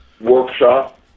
workshop